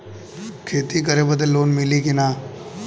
खेती करे बदे लोन मिली कि ना?